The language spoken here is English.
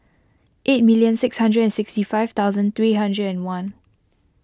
eight million six hundred and sixty five thousand three hundred and one